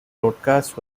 broadcast